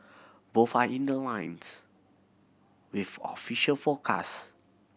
both are in line ones with official forecast